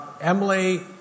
Emily